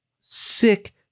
sick